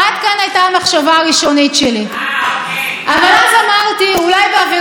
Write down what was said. והעובדה שאנחנו בעיצומם של עשרת ימי תשובה שבין ראש השנה ליום הכיפורים,